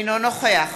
אינו נוכח